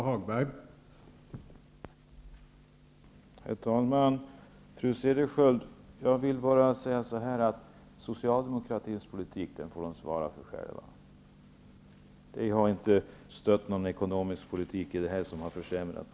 Herr talman! Fru Cederschiöld, jag vill bara säga att Socialdemokraterna själva får svara för sin politik. Vi har inte stött någon ekonomisk politik som har lett till sådana försämringar.